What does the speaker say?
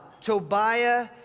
Tobiah